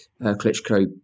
Klitschko